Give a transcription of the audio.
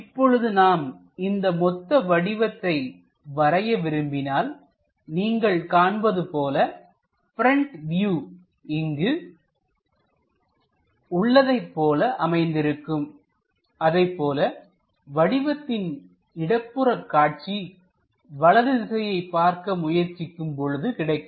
இப்பொழுது நாம் இந்த மொத்த வடிவத்தை வரைய விரும்பினால் நீங்கள் காண்பது போல பிரண்ட் வியூ இங்கு உள்ளதைப் போல அமைந்திருக்கும் அதைப்போல வடிவத்தின் இடப்புற காட்சி வலது திசையை பார்க்க முயற்சிக்கும் பொழுது கிடைக்கும்